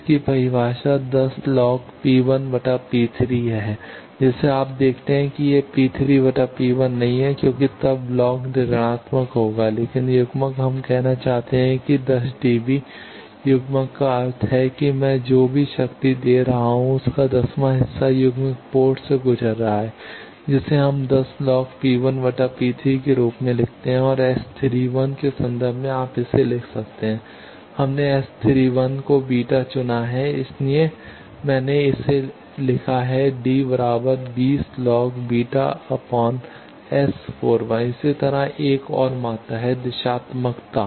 इसकी परिभाषा 10 log P1 P3 है जिसे आप देखते हैं कि यह P3 P 1 नहीं है क्योंकि तब लॉग ऋणात्मक होगा लेकिन युग्मक हम कहना चाहते हैं कि 10 dB युग्मक का अर्थ है कि मैं जो भी शक्ति दे रहा हूं उसका दसवां हिस्सा युग्मित पोर्ट से गुजर रहा है जिसे हम 10 log P1 P3 के रूप में लिखते हैं और S 31 के संदर्भ में आप इसे लिख सकते हैं हमने S 31 को बीटा β चुना है इसीलिए मैंने इसे लिखा है इसी तरह एक और मात्रा है दिशात्मकता